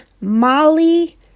Molly